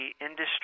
industry